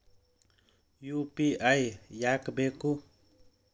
UPI ಯಾಕ್ ಬೇಕು?